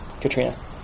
Katrina